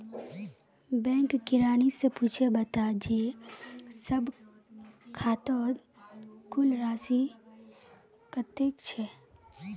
bank किरानी स पूछे बता जे सब खातौत कुल राशि कत्ते छ